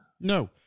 No